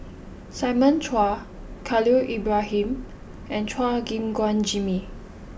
Simon Chua Khalil Ibrahim and Chua Gim Guan Jimmy